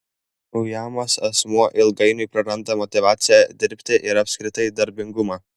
ujamas asmuo ilgainiui praranda motyvaciją dirbti ir apskritai darbingumą